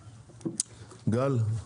גל?